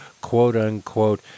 quote-unquote